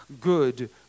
good